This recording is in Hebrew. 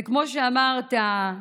וכמו שאמרת,